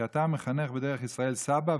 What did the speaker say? כי אתה מחנך בדרך ישראל סבא,